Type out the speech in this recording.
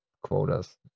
quotas